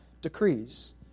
decrees